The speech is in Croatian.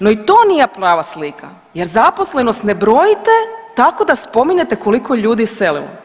No i to nije prava slika jer zaposlenost ne brojite tako da spominjete koliko je ljudi iselilo.